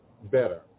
Better